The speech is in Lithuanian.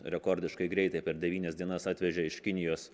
rekordiškai greitai per devynias dienas atvežė iš kinijos